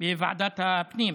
בוועדת הפנים?